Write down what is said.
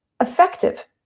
effective